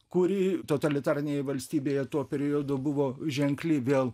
kuri totalitarinėje valstybėje tuo periodu buvo ženkli vėl